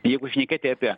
jeigu šnekėti apie